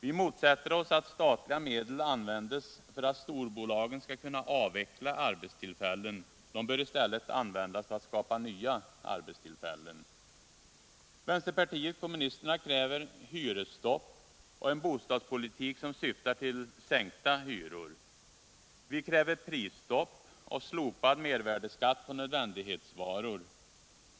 Vi motsätter oss att statliga medel används för att storbolagen skall kunna avveckla arbetstillfällen — medlen bör i stället användas för att skapa nya arbetstillfällen. Vänsterpartiet kommunisterna kräver hyresstopp och en bostadspolitik som syftar till sänkta hyror. Vi kräver prisstopp och slopad mervärdeskatt på nödvändighetsvaror.